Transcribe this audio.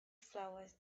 flowers